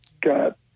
got